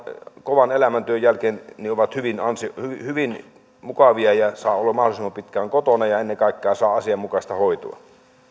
kovan elämäntyön jälkeen hyvin mukavia ja he saavat olla mahdollisimman pitkään kotona ja ennen kaikkea saavat asianmukaista hoitoa